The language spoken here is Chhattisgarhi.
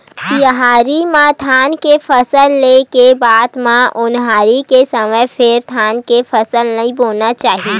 सियारी म धान के फसल ले के बाद म ओन्हारी के समे फेर धान के फसल नइ बोना चाही